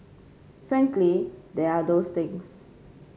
frankly there are those things